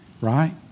right